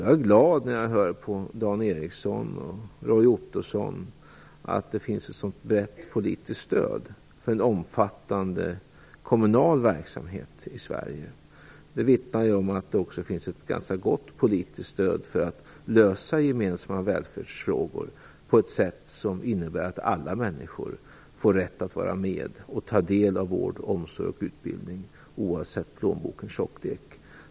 Jag är glad när jag hör på Dan Ericsson och Roy Ottosson att det finns ett brett politiskt stöd för en omfattande kommunal verksamhet i Sverige. Det vittnar om att det också finns ett ganska gott politiskt stöd för att lösa gemensamma välfärdsfrågor på ett sätt som innebär att alla människor får rätt att ta del av vård, omsorg och utbildning - oavsett plånbokens tjocklek.